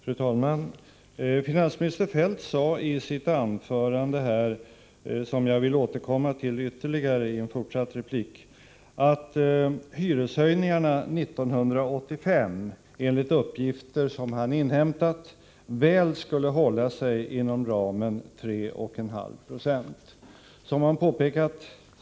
Fru talman! Finansminister Feldt sade i sitt anförande, som jag vill återkomma till i ytterligare en replik, att hyreshöjningarna 1985 enligt uppgifter som han inhämtat väl skulle hålla sig inom ramen 3,5 Jo.